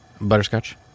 butterscotch